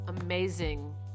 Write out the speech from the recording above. amazing